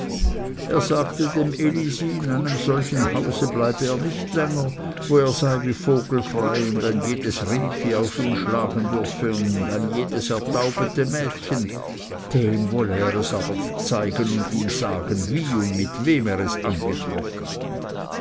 er sagte dem elisi in einem solchen haus bleibe er nicht länger wo er sei wie vogelfrei und ein jedes rindvieh auf ihn schlagen dürfe und ein jedes ertaubete mädchen dem wolle er es aber zeigen und ihm sagen wie und mit wem er es angetroffen